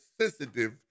sensitive